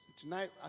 Tonight